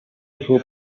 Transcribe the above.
who